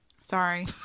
Sorry